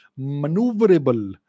Maneuverable